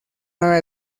nueva